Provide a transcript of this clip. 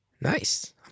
Nice